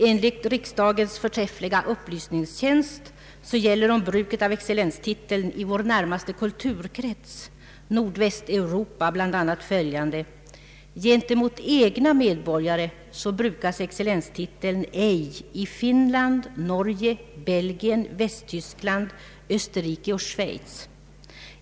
Enligt riksdagens förträffliga upplysningstjänst gäller om bruket av excellenstiteln i vår närmaste kulturkrets — Nordvästeuropa — bl.a. följande. Gentemot egna medborgare brukas excellenstiteln ej i Finland, Norge, Belgien, Västtyskland, Österrike och Schweiz.